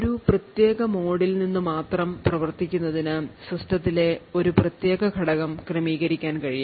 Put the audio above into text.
ഒരു പ്രത്യേക മോഡിൽ നിന്ന് മാത്രം പ്രവർത്തിക്കുന്നതിന് സിസ്റ്റത്തിലെ ഒരു പ്രത്യേക ഘടകം ക്രമീകരിക്കാൻ കഴിയും